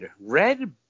Red